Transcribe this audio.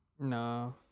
No